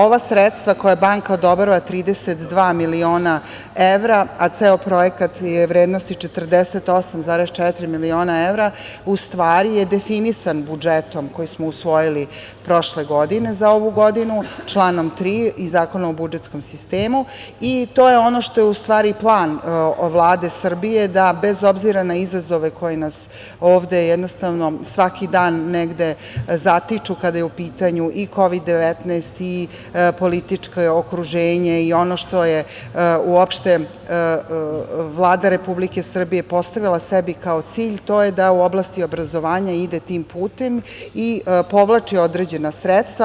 Ova sredstva koja banka odobrava 32 miliona evra, a ceo projekat je vrednosti 48,4 miliona evra, u stvari je definisan budžetom koji smo usvojili prošle godine za ovu godinu članom 3. i Zakonom o budžetskom sistemu i to je ono što je u stvari plan Vlade Srbije da bez obzira na izazove koji nas ovde jednostavno svaki dan negde zatiču kada je u pitanju i Kovid 19, i političko okruženje, i ono što je uopšte Vlada Republike Srbije postavila sebi kao cilj, to je da u oblasti obrazovanja ide tim putem i povlači određena sredstva.